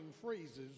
phrases